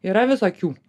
yra visokių